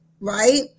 right